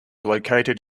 located